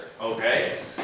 okay